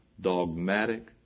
dogmatic